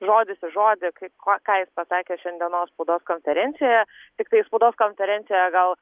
žodis į žodį kai ko ką jis pasakė šiandienos spaudos konferencijoje tiktai spaudos konferencijoje gal